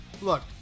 look